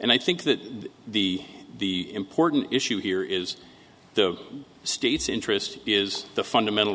and i think that the the important issue here is the state's interest is the fundamental